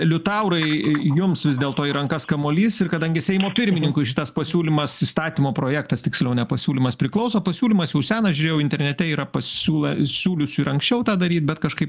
liutaurai jums vis dėlto į rankas kamuolys ir kadangi seimo pirmininkui šitas pasiūlymas įstatymo projektas tiksliau ne pasiūlymas priklauso pasiūlymas jau senas žiūrėjau internete yra pasiūla siūliusių ir anksčiau tą daryt bet kažkaip